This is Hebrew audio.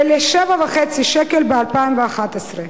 ול-7.5 שקלים ב-2011.